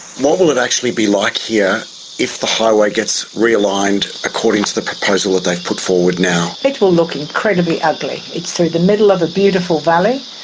what will it actually be like here if the highway gets realigned according to the proposal that they've put forward now? it will look incredibly ugly. it's through the middle of a beautiful valley.